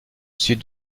sud